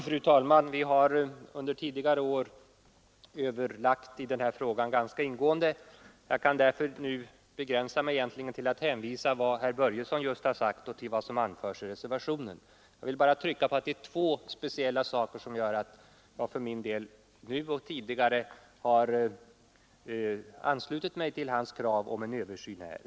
Fru talman! Vi har tidigare år överlagt ganska ingående i denna fråga. Jag kunde därför nu egentligen begränsa mig till att hänvisa till vad herr Börjesson i Falköping sagt och till vad som anförs i reservationen. Jag vill dock understryka att det är två speciella förhållanden som gör att jag nu och tidigare har anslutit mig till herr Börjessons krav på en översyn.